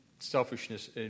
Selfishness